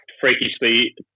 freakishly